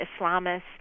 Islamists